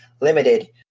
limited